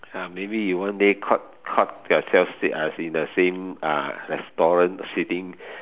ah maybe you one day caught caught yourself sit as in the same uh restaurant sitting